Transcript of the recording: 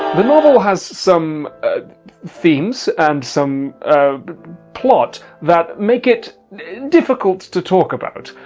the novel has some themes and some plot that make it difficult to talk about.